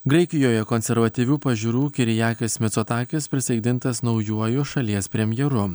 graikijoje konservatyvių pažiūrų kirijakis micotakis prisaikdintas naujuoju šalies premjeru